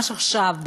ממש עכשיו,